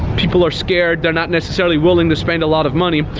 people are scared. they're not necessarily willing to spend a lot of money.